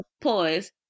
pause